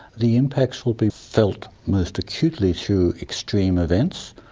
the impacts will be felt most acutely through extreme events.